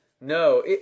No